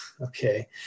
Okay